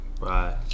right